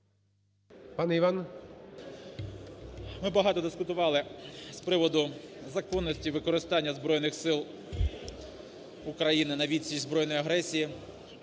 І.Ю. Ми багато дискутували з приводу законності використання Збройних Сил України на відсіч збройної агресії.